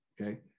okay